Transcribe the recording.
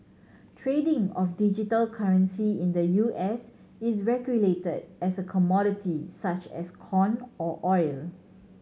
trading of digital currency in the U S is regulated as a commodity such as corn or oil